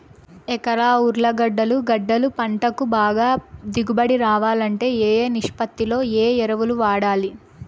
ఎకరా ఉర్లగడ్డలు గడ్డలు పంటకు బాగా దిగుబడి రావాలంటే ఏ ఏ నిష్పత్తిలో ఏ ఎరువులు వాడాలి?